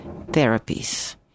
therapies